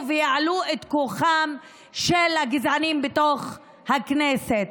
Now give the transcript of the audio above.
ויעלו את כוחם של הגזענים בתוך הכנסת.